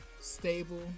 stable